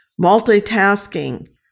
multitasking